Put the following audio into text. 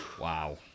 Wow